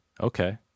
Okay